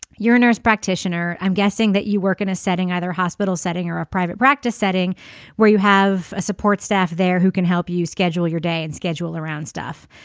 you're a nurse practitioner. i'm guessing that you work in a setting either hospital setting or a private practice setting where you have a support staff there who can help you schedule your day and schedule around stuff.